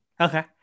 Okay